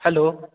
hello